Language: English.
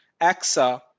AXA